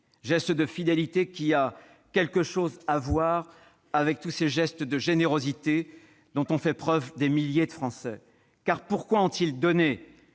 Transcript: geste de fidélité, qui a quelque chose à voir avec tous ces gestes de générosité dont ont fait preuve des milliers de Français. Car pourquoi ont-ils donné